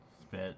Spit